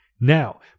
Now